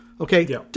Okay